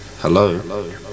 Hello